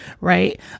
Right